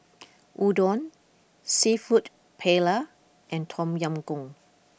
Udon Seafood Paella and Tom Yam Goong